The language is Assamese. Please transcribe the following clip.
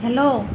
হেল্ল'